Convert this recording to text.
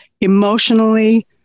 emotionally